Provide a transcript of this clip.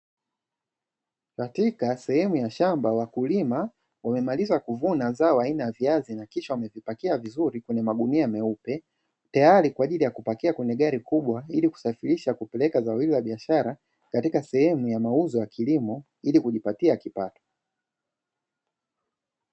Katika sehemu ya shamba wakulima wamemaliza kuvuna zao aina ya viazi na kisha wamevipakia vizuri kwenye magunia meupe, tayari kwa ajili ya kupakia kwenye gari kubwa ili kusafirisha kupeleka zao hilo la biashara, katika sehemu ya mauzo ya kilimo ili kujipatia kipato.